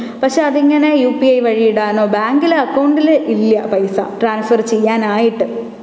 പക്ഷെ അതിങ്ങനെ U P I വഴി ഇടാനോ ബാങ്കില് അക്കൗണ്ടില് ഇല്ല പൈസ ട്രാൻസ്ഫർ ചെയ്യാനായിട്ട്